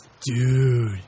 Dude